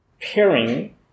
pairing